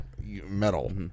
metal